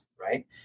right